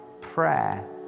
prayer